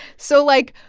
so like,